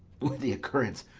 with the occurrents,